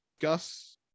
Gus